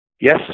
Yes